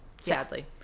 Sadly